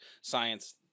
science